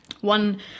One